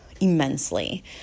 immensely